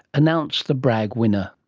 announced the bragg winner.